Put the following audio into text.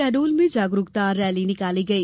शहडोल में जागरूकता रैली निकाली गई